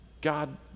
God